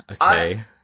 Okay